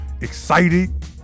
Excited